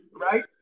right